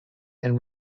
and